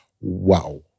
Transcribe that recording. Wow